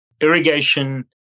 Irrigation